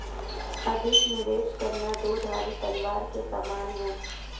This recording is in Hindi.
अधिक निवेश करना दो धारी तलवार के समान है